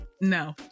no